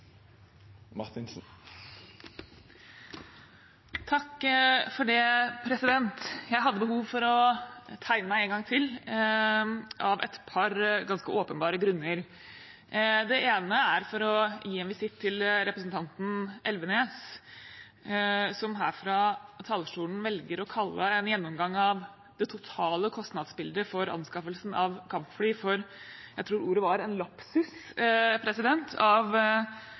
Jeg hadde behov for å tegne meg en gang til – av et par ganske åpenbare grunner. Den ene er for å avlegge representanten Elvenes en visitt, som her fra talerstolen velger å kalle en gjennomgang av det totale kostnadsbildet for anskaffelsen av kampfly for – jeg tror ordet var – en lapsus av